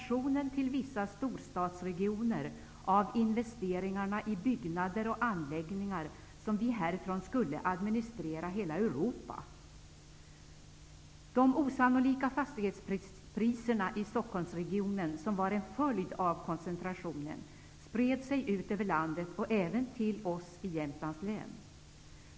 I stället var det koncentrationen av investeringarna i byggnader och anläggningar till vissa storstadsregioner -- som om vi härifrån skulle administrera hela Europa! De osannolika fastighetspriserna i Stockholmsregionen, som var en följd av koncentrationen, spred sig ut över landet -- även till oss i Jämtlands län.